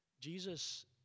Jesus